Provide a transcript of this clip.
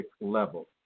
level